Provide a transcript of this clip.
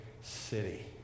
city